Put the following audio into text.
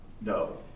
No